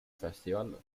festival